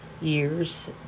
years